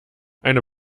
einer